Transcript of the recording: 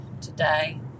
today